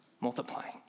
multiplying